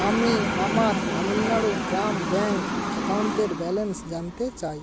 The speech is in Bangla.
আমি আমার তামিলনাড়ু গ্রাম ব্যাঙ্ক অ্যাকাউন্টের ব্যালেন্স জানতে চাই